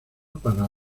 para